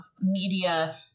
media